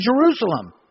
Jerusalem